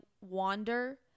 wander